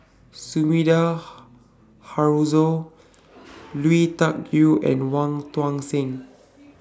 Sumida Haruzo Lui Tuck Yew and Wong Tuang Seng